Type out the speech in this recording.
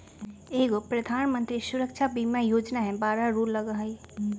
एगो प्रधानमंत्री सुरक्षा बीमा योजना है बारह रु लगहई?